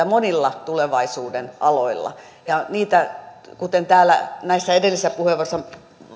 monilla tulevaisuuden aloilla kuten täällä näissä edellisissä puheenvuoroissa